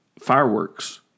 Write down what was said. fireworks